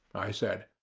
i said.